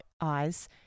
eyes